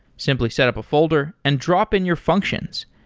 simply set up a folder and drop in your functions.